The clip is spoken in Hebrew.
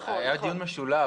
היה דיון משולב.